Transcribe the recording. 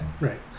right